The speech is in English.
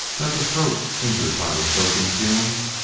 that the throat, injured by the choking fumes,